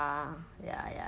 ya ya